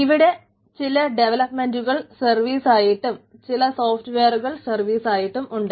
ഇവിടെ ചില ഡെവലപ്പറുകൾ സർവീസായിട്ടും ചില സോഫ്റ്റ്വെയറുകൾ സർവീസായിട്ടും ഉണ്ട്